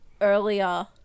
earlier